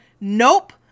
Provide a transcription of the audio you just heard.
nope